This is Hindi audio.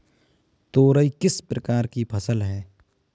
तोरई किस प्रकार की फसल है?